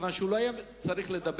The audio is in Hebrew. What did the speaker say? מכיוון שהוא לא היה צריך לדבר,